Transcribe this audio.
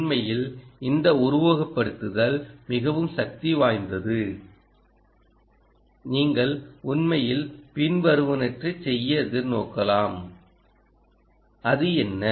உண்மையில் இந்த உருவகப்படுத்துதல் மிகவும் சக்தி வாய்ந்தது நீங்கள் உண்மையில் பின்வருவனவற்றைச் செய்ய எதிர்நோக்கலாம் அது என்ன